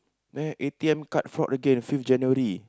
there A_T_M card fraud again fifth January